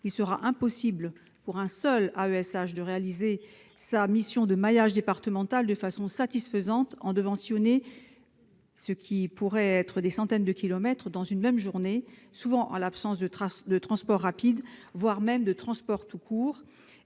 il sera impossible pour un seul AESH de réaliser sa mission de maillage départemental de manière satisfaisante en devant sillonner des centaines de kilomètres dans une même journée, souvent en l'absence transports rapides, voire de transports tout court.